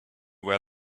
where